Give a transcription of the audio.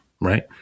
right